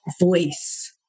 voice